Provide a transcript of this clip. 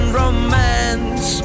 romance